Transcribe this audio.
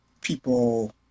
people